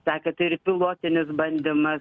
sakė tai ir pilotinis bandymas